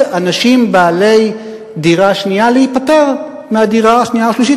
אנשים בעלי דירה שנייה להיפטר מהדירה השנייה או השלישית.